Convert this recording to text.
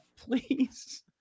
please